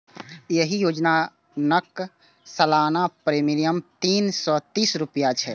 एहि योजनाक सालाना प्रीमियम तीन सय तीस रुपैया छै